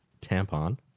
Tampon